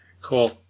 Cool